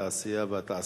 התעשייה והתעסוקה.